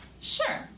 Sure